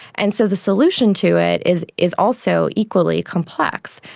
and so the solution to it is is also equally complex.